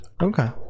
Okay